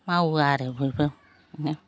मावो आरो बयबो बिदिनो